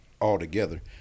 altogether